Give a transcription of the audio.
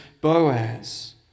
Boaz